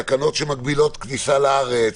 תקנות שמגבילות את הכניסה לארץ,